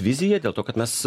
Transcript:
vizija dėl to kad mes